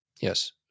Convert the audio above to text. Yes